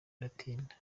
biratinda